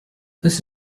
this